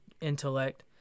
intellect